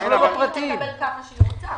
לא כל אחת תקבל כמה שהיא רוצה.